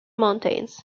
mountains